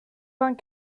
vingt